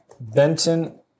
Benton